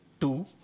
Two